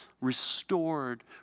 restored